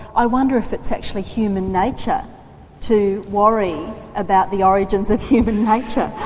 i wonder if it's actually human nature to worry about the origins of human nature.